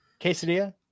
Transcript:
Quesadilla